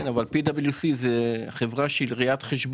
כן, אבל P.W.C. זו חברה שהיא ראיית חשבון.